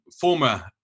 former